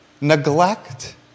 Neglect